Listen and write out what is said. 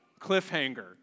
Cliffhanger